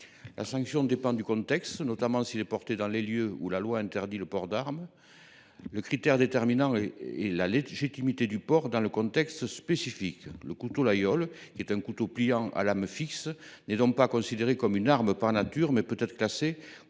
La sanction dépend du contexte, notamment si ledit couteau est porté dans les lieux où la loi interdit le port d’arme. Le critère déterminant est la légitimité du port dans un contexte spécifique. Le couteau Laguiole, qui est un couteau pliant à lame fixe, n’est donc pas considéré comme une arme par nature ; il peut être classé